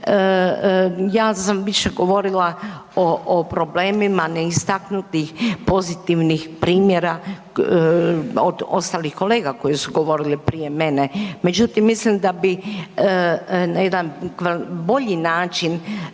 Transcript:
ja sam više govorila o, o problemima neistaknutih pozitivnih primjera od ostalih kolega koji su govorili prije mene. Međutim, mislim da bi na jedan bolji način